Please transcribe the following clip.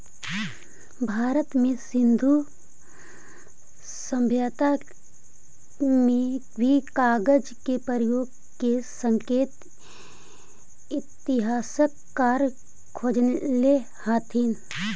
भारत में सिन्धु सभ्यता में भी कागज के प्रयोग के संकेत इतिहासकार खोजले हथिन